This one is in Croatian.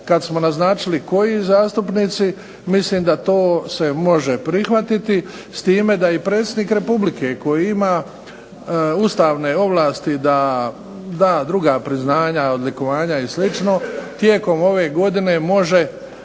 kad smo naznačili koji zastupnici mislim da to se može prihvatiti s time da i Predsjednik Republike koji ima ustavne ovlasti da da druga priznanja, odlikovanja i slično tijekom ove godine može